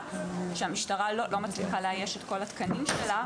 שהמשטרה לא מצליחה לאייש את כל התקנים שלה.